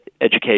education